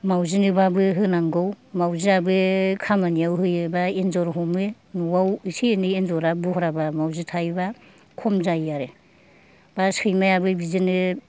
मावजिनोबाबो होनांगौ मावजियाबो खामानियाव होयो बा एन्जर हमो न'आव एसे एनै एन्जरा बरहाबा मावजि थायोबा खम जायो आरो बा सैमायाबो बिदिनो